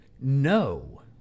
no